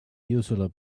usually